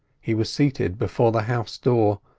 he was seated before the house door,